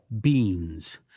Beans